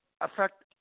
affect